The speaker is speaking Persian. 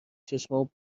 چشامو